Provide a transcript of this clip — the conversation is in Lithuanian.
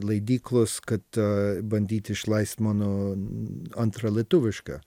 leidyklos kad a bandyt išleist mano antrą lietuvišką